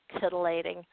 titillating